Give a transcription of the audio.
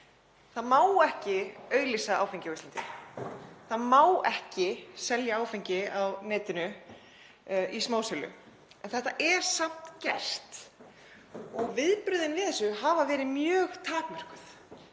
Það má ekki auglýsa áfengi á Íslandi. Það má ekki selja áfengi á netinu í smásölu. En þetta er samt gert og viðbrögðin við því hafa verið mjög takmörkuð.